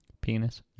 Penis